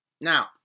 Now